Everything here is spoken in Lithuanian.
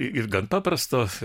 ir gan paprasto